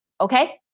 okay